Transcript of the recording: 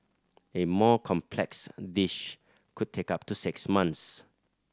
a more complex dish could take up to six months